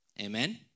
amen